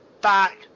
back